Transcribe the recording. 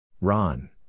Ron